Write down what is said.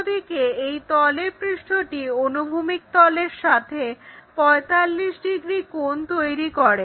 অন্যদিকে এর তলের পৃষ্ঠটি অনুভূমিক তলের সাথে 45 ডিগ্রি কোণ তৈরি করে